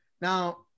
Now